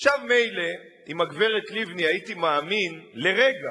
עכשיו, מילא, אם הייתי מאמין לרגע